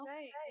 Right